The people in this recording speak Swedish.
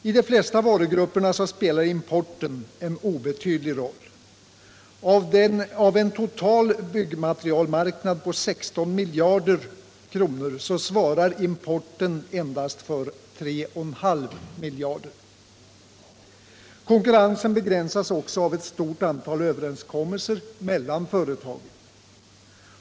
I de flesta varugrupper spelar importen en obetydlig roll. Av en total byggmaterialmarknad på 16 miljarder kronor svarar importen för endast 3,5 miljarder. Konkurrensen begränsas också av ett stort antal överenskommelser mellan företagen.